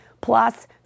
plus